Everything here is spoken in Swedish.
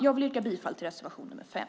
Jag vill yrka bifall till reservation 5.